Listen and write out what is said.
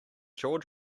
jaw